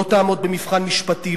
לא תעמוד במבחן משפטי,